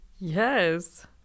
Yes